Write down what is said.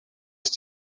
ist